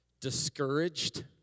discouraged